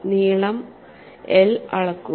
നീളം l അളക്കുക